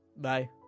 bye